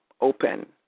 open